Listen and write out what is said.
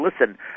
listen